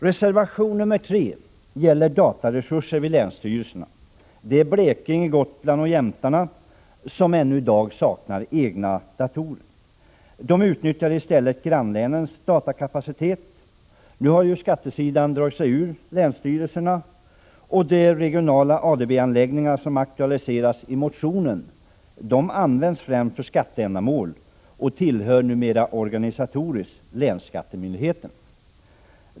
Reservation nr 3 gäller dataresurser vid länsstyrelserna. Blekinge, Gotland och Jämtland saknar ännu i dag egna datorer. De utnyttjar i stället grannlänens datakapacitet. Nu har ju skatteavdelningarna brutits ut ur länsstyrelserna, och eftersom de regionala ADB-anläggningar som aktualiseras i motionen använts främst för skatteändamål tillhör de organisatoriskt numera länsskattemyndigheterna.